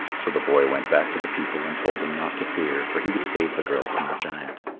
so the boy went back to the people and told them not to fear, for he would save the girl from the giant.